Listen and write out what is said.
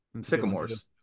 Sycamores